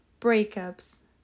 breakups